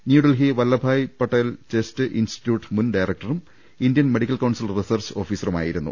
New Delhi Vallabhbhai Patel chest institute മുൻ ഡയറക്ടറും Indian medical council research ഓഫീസറുമായിരുന്നു